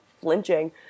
flinching